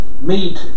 meet